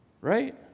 right